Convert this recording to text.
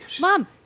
Mom